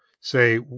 say